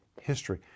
history